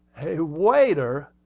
a waiter!